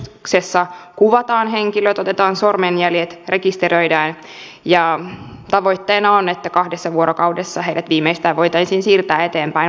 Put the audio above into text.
keskuksessa kuvataan henkilöt otetaan sormenjäljet rekisteröidään ja tavoitteena on että kahdessa vuorokaudessa heidät viimeistään voitaisiin siirtää eteenpäin vastaanottokeskuksiin